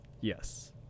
Yes